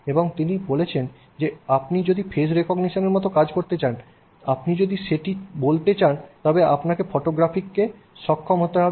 এবং তিনি বলেছেন যে আপনি যদি ফেস রিকগনিশন মতো কাজ করতে চান আপনি যদি সেটি বলতে চান তবে আপনাকে ফটোগ্রাফটিকে সক্ষম হতে হবে